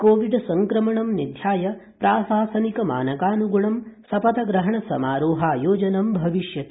Covid संक्रमणं निध्याय प्राशासनिक मानकानुग्ण शपथग्रहण समारोहायोजनं भविष्यति